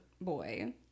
boy